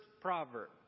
proverb